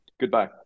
Goodbye